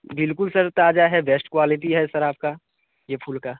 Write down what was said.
बिल्कुल सर ताजा है बेस्ट क्वालिटी है सर आपका ये फूल का